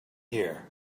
here